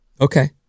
Okay